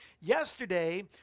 yesterday